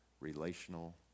relational